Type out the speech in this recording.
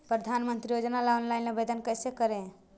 प्रधानमंत्री योजना ला ऑनलाइन आवेदन कैसे करे?